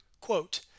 quote